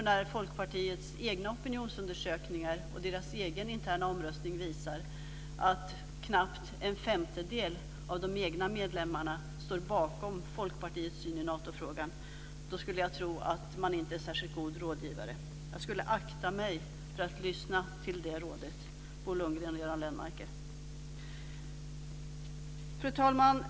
När Folkpartiets egna opinionsundersökningar och den egna interna omröstningen visar att knappt en femtedel av de egna medlemmarna står bakom Folkpartiets syn i Natofrågan skulle jag tro att man inte är en särskilt god rådgivare. Jag skulle akta mig för att lyssna till det rådet, Fru talman!